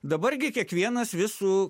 dabar gi kiekvienas vis su